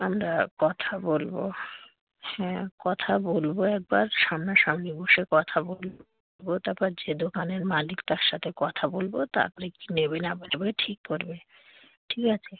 আমরা কথা বলবো হ্যাঁ কথা বলবো একবার সামনা সামনি বসে কথা বলবো তারপর যে দোকানের মালিক তার সাথে কথা বলবো তারপরে কী নেবে না নেবে ঠিক করবে ঠিক আছে